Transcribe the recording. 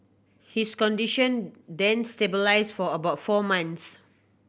his condition then stabilised for about four months